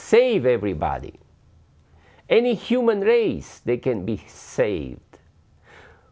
save everybody any human race they can be saved